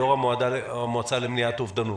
יושב-ראש המועצה למניעת אובדנות,